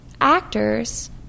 actors